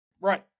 Right